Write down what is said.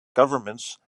governments